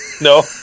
no